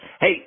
Hey